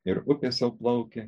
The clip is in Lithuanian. ir upės jau plaukė